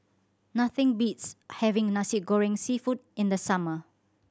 nothing beats having Nasi Goreng Seafood in the summer